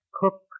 Cook